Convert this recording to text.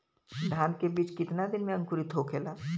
धान के बिज कितना दिन में अंकुरित होखेला?